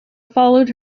followed